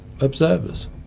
observers